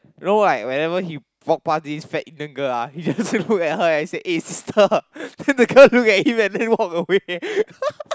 know like whenever he walk past this fat Indian girl ah he just look at her and say eh sister then the girl look at him and then walk away